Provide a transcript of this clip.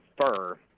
fur